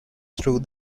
through